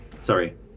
Sorry